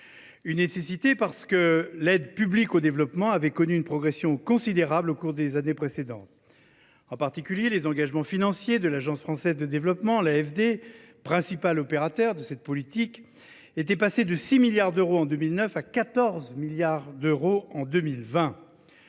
nécessaire, parce que l’aide publique au développement avait connu une progression considérable au cours des années précédentes. En particulier, les engagements financiers de l’Agence française de développement (AFD), principal opérateur de cette politique, étaient passés de 6 milliards d’euros en 2009 à 14 milliards d’euros en 2020.